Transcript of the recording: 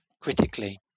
critically